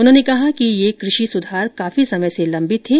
उन्होंने कहा कि ये कृषि सुधार काफी समय से लंबित थे